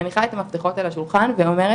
מניחה את המפתחות על השולחן ואומרת,